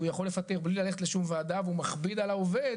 כי הוא יכול לפטר מבלי ללכת לשום וועדה והוא מכביד על העובד